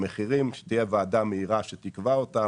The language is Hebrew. צריך שתהיה ועדה מהירה שתקבע את המחיר,